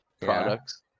products